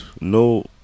No